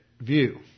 view